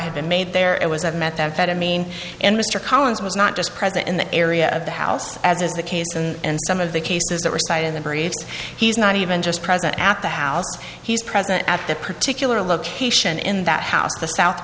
had been made there it was a methamphetamine and mr collins was not just present in the area of the house as is the case and some of the cases that were cited in the briefs he's not even just present at the house he's present at that particular location in that house the south